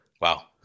Wow